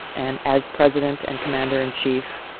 and as president and commander in chief,